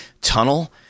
Tunnel